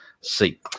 see